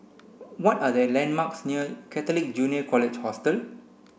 what are the landmarks near Catholic Junior College Hostel